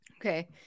Okay